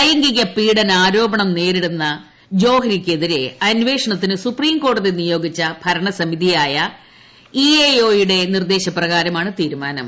ലൈംഗിക പീഡനാരോപണം നേരിടുന്ന ജോഹ്രിക്കെതിരെ അന്വേഷണത്തിന് സുപ്രീം കോടതി നിയോഗിച്ച ഭരണസമിതിയായ ഇഎഒയുടെ നിർദ്ദേശപ്രകാരമാണ് തീരുമാനം